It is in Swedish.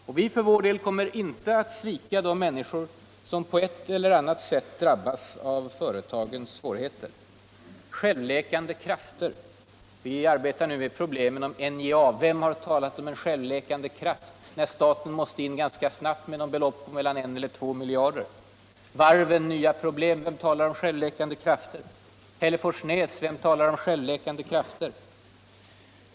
Och vi för vår del kommer inte att svika de miänniskor som på ett eller annat sätt drabbas av företagens svårigheter. Självläkande krafter! Vi arbetar nu med problemen i NJA. Vem har talat om en självläkande kraft när staten ganska snabbt måste gå in här Allmänpolitisk debatt Allmänpolitisk debatt med belopp på metlan en och två miljarder? Och vid varven har nya problem dykt upp. Vem talar där om självläkande krafter? Vem talar om självläkande krafter i Hälleforsnäs?